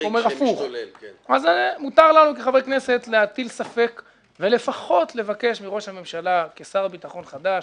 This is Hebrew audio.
מותר לנו כחברי כנסת להטיל ספק ולפחות לבקש מראש הממשלה כשר ביטחון חדש,